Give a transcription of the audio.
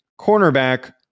cornerback